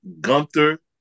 Gunther